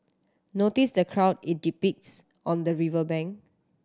notice the crowd it depicts on the river bank